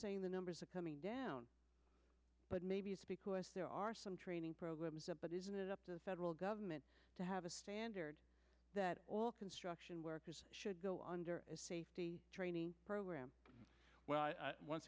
say the numbers are coming down but maybe it's because there are some training programs but isn't it up to the federal government to have a standard that all construction workers should go under the training program where once